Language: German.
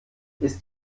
ist